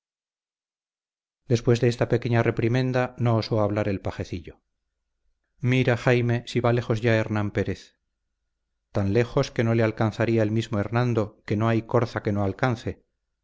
después de esta pequeña reprimenda no osó hablar el pajecillo mira jaime si va lejos ya hernán pérez tan lejos que no le alcanzaría el mismo hernando que no hay corza que no alcance